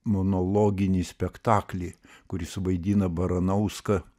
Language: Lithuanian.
monologinį spektaklį kur jis suvaidina baranauską